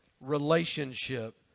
relationship